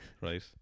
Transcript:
right